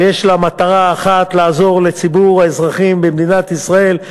ויש לה מטרה אחת: לעזור לציבור האזרחים במדינת ישראל,